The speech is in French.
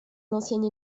l’ancienne